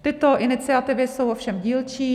Tyto iniciativy jsou ovšem dílčí.